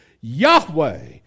Yahweh